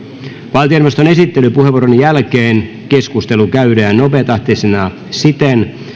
valtioneuvoston esittelypuheenvuoron jälkeen keskustelu käydään nopeatahtisena siten